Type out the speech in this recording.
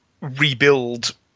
rebuild